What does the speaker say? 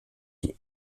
die